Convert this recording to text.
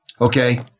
Okay